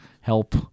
help –